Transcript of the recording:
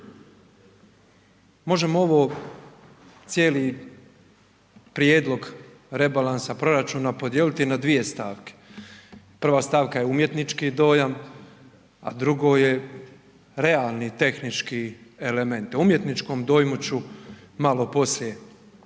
Možemo ovo cijeli prijedlog rebalansa proračuna podijeliti na dvije stavke. Prva stavka je umjetnički dojam, a drugo je realni tehnički element. O umjetničkom dojmu ću malo poslije.